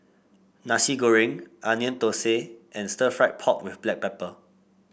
Nasi Goreng Onion Thosai and Stir Fried Pork with Black Pepper